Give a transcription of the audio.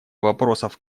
вопросов